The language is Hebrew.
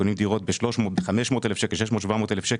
קונים דירות ב-300,000 עד 7,000 שקלים.